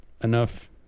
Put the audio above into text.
enough